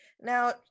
Now